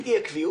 את אי הקביעות,